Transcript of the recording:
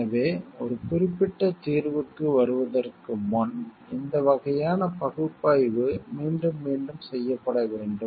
எனவே ஒரு குறிப்பிட்ட தீர்வுக்கு வருவதற்கு முன் இந்த வகையான பகுப்பாய்வு மீண்டும் மீண்டும் செய்யப்பட வேண்டும்